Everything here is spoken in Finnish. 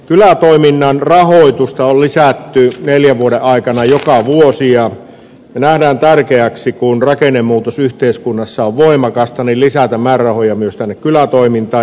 kylätoiminnan rahoitusta on lisätty neljän vuoden aikana joka vuosi ja näemme tärkeäksi kun rakennemuutos yhteiskunnassa on voimakasta lisätä määrärahoja myös kylätoimintaan